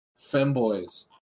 Femboys